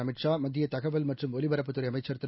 அமித் ஷா மத்தியதகவல் மற்றும் ஒலிபரப்புத்துறைஅமைச்சர் திரு